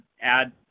add